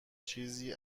چیزهایی